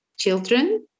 children